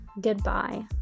goodbye